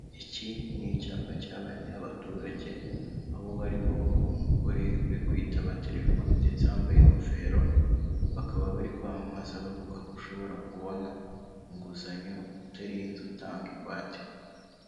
Iki ni icyapa cya banki y'abaturage, aho hariho umugore uri kwitaba telefoni ndetse wambaye ingofero, bakaba bari kwamamaza bavuga ko ushobora kubona inguzanyo utarinze utanga ingwate.